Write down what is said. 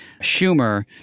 Schumer